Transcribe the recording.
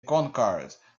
concord